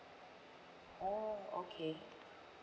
oh okay